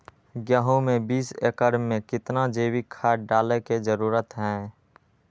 गेंहू में बीस एकर में कितना जैविक खाद डाले के जरूरत है?